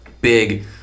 big